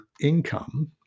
income